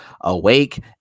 awake